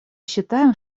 считаем